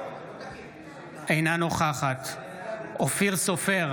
אינה נוכחת אופיר סופר,